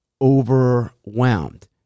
overwhelmed